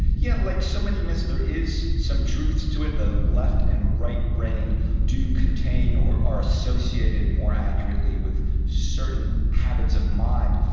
yeah like so many myths there is some truths to it. the left and right brain do contain or are associated, more accurately, with certain habits of mind.